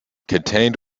contained